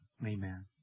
Amen